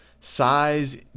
size